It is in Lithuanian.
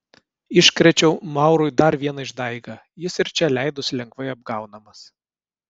iškrėčiau maurui dar vieną išdaigą jis ir čia leidosi lengvai apgaunamas